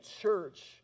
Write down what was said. church